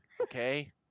Okay